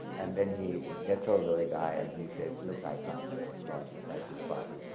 and then he gets hold of a guy and he says, look i can't join the fascist party.